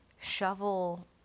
shovel